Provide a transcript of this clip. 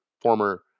former